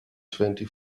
twenty